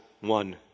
one